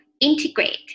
integrate